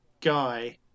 guy